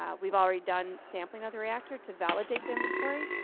um we've already done sampling of the reactor to validate the inventory,